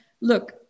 look